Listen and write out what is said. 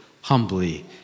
humbly